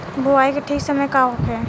बुआई के ठीक समय का होखे?